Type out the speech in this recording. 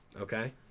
Okay